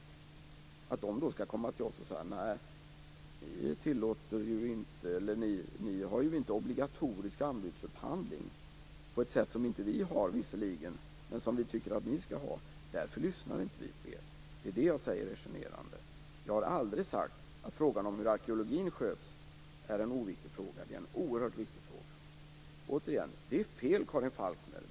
Skall de då komma till oss och säga: "Ni har ju inte obligatorisk anbudsupphandling på ett sätt som inte vi har visserligen, men som vi tycker att ni skall ha, och därför lyssnar vi inte på er."? Det är detta som jag säger är generande. Jag har aldrig sagt att frågan om hur arkeologin sköts är en oviktig fråga. Det är en oerhört viktig fråga. Återigen: Karin Falkmer har fel.